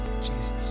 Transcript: Jesus